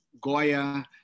Goya